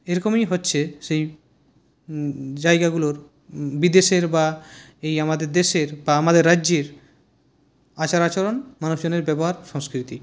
এরকমই হচ্ছে সেই জায়গাগুলোর বিদেশের বা এই আমাদের দেশের বা আমাদের রাজ্যের আচার আচরণ মানুষজনের ব্যবহার সংস্কৃতি